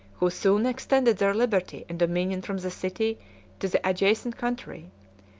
who soon extended their liberty and dominion from the city to the adjacent country.